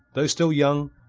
though still young,